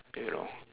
you know